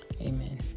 Amen